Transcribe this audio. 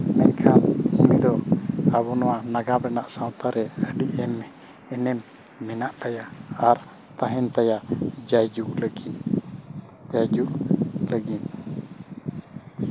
ᱢᱮᱱᱠᱷᱟᱱ ᱩᱱᱤ ᱫᱚ ᱟᱵᱚ ᱱᱚᱣᱟ ᱱᱟᱜᱟᱢ ᱨᱮᱭᱟᱜ ᱥᱟᱶᱛᱟ ᱨᱮ ᱟᱹᱰᱤ ᱜᱟᱱ ᱮᱱᱮᱢ ᱢᱮᱱᱟᱜ ᱛᱟᱭᱟ ᱟᱨ ᱛᱟᱦᱮᱱ ᱛᱟᱭᱟ ᱡᱟᱭ ᱡᱩᱜᱽ ᱞᱟᱹᱜᱤᱫ ᱡᱟᱭ ᱡᱩᱜᱽ ᱞᱟᱹᱜᱤᱫ